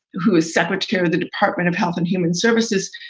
who is secretary of the department of health and human services,